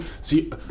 see